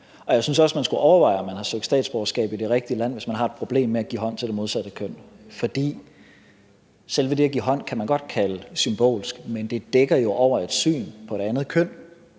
Jeg synes også, man skulle overveje, om man har søgt statsborgerskab i det rigtige land, hvis man har et problem med at give hånd til det modsatte køn. Selve det at give hånd kan man godt kalde symbolsk, men det dækker jo over et syn på det andet køn,